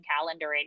calendar